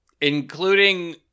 including